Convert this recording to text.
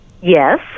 Yes